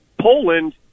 Poland